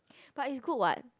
but is good what